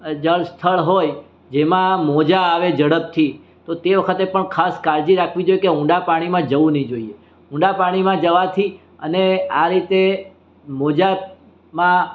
જળ સ્થળ હોય જેમાં મોજા આવે ઝડપથી તો તે વખતે પણ ખાસ કાળજી રાખવી જોઈએ કે ઊંડા પાણીમાં જવું નહીં જોઈએ ઊંડા પાણીમાં જવાથી અને આ રીતે મોજામાં